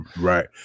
right